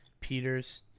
Peters